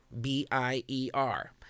B-I-E-R